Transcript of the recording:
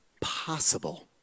possible